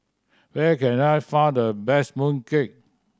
where can I find the best mooncake